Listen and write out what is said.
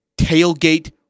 tailgate